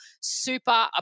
super